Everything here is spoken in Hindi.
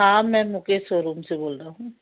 हाँ मै मुकेश शोरूम से बोल रहा हूँ